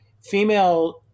female